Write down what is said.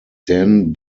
dan